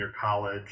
college